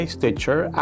Stitcher